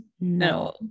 no